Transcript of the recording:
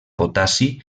potassi